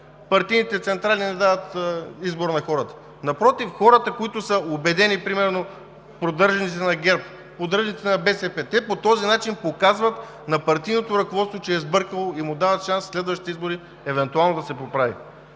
партийните централи не дават избор на хората? Напротив, хората, които са убедени – примерно поддръжниците на ГЕРБ, на БСП, по този начин показват на партийното ръководство, че е сбъркало и му дават шанс на следващите избори евентуално да се поправи.